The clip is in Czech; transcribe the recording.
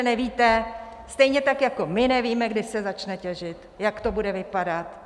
Protože nevíte stejně tak jako my nevíme, kdy se začne těžit, jak to bude vypadat.